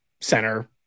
center